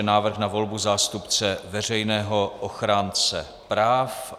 Návrh na volbu zástupce Veřejného ochránce práv